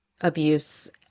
abuse